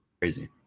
Crazy